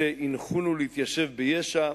שהנחונו להתיישב ביש"ע,